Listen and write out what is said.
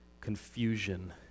confusion